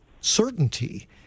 certainty